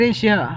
Asia